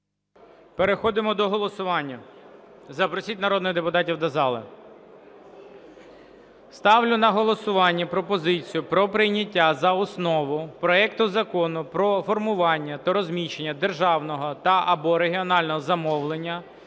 Переходимо до голосування. Запросіть народних депутатів до зали. Ставлю на голосування пропозицію про прийняття за основу проекту Закону про формування та розміщення державного та/або регіонального замовлення